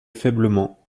faiblement